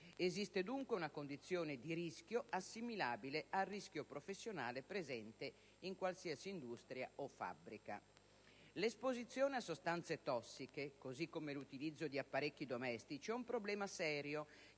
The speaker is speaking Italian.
Esiste dunque una condizione di rischio assimilabile al rischio professionale presente in qualsiasi industria o fabbrica. L'esposizione a sostanze tossiche, così come l'utilizzo di apparecchi domestici, è un problema serio